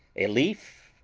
a leaf,